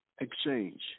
exchange